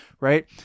Right